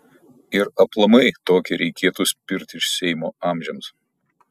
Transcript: ir aplamai tokį reikėtų spirt iš seimo amžiams